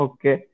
Okay